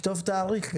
תכתוב גם תאריך.